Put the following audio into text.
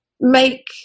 make